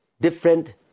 different